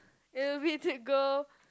it will be to go